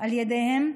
על ידיהם,